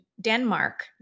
Denmark